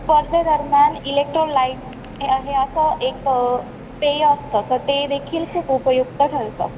स्पर्धेदरम्यान इलेक्ट्रोलाईटस हे असं एक पेय असतं तर ते देखील खूप उपयुक्त ठरतं